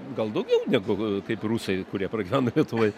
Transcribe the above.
gal daugiau negu kaip rusai kurie pragyvena lietuvoj